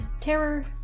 Terror